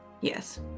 Yes